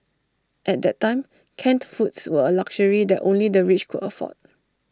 at that time canned foods were A luxury that only the rich could afford